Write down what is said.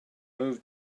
moved